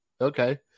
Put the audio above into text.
Okay